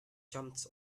jumps